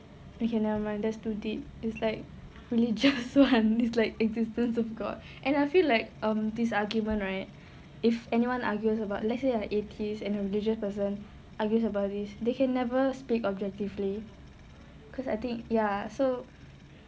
okay never mind that's too deep is like really just ones like existence of god and I feel like um this argument right if anyone argues about let's say like atheist and a religious person argues about this they can never speak objectively because I think ya so